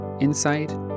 Insight